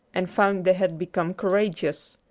and found they had become courageous.